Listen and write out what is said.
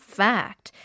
fact